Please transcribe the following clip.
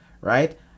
right